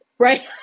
right